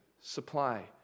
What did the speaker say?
supply